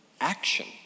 action